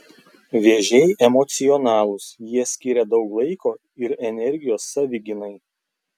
vėžiai emocionalūs jie skiria daug laiko ir energijos savigynai